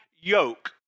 yoke